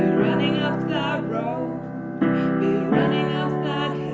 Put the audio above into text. running up that road be running up that